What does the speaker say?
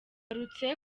yagarutse